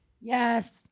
Yes